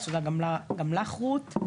אז תודה גם לך רות.